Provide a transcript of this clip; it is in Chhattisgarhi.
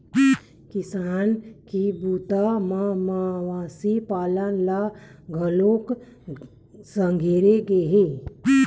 किसानी के बूता म मवेशी पालन ल घलोक संघेरे गे हे